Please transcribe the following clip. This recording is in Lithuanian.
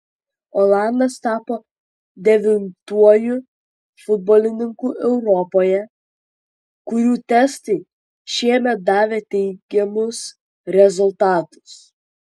olandas tapo devintuoju futbolininku europoje kurių testai šiemet davė teigiamus rezultatus